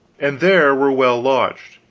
and there were well lodged.